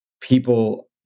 people